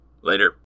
Later